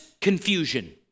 confusion